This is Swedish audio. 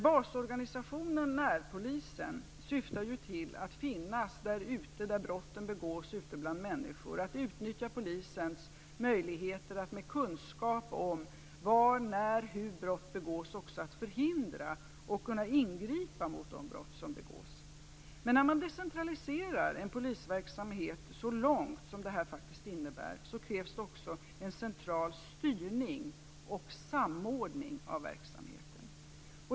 Basorganisationen, närpolisen, syftar ju till att man skall finnas ute bland människorna där brotten begås och till att utnyttja polisens möjligheter att med kunskap om var, när och hur brott begås också förhindra och ingripa mot brott. Men när man decentraliserar en polisverksamhet så långt som det här faktiskt innebär, krävs det också en central styrning och samordning av verksamheten.